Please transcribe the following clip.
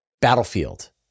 Battlefield